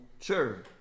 Sure